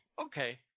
okay